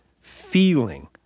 feeling